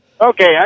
Okay